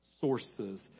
sources